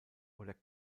oder